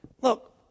Look